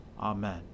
Amen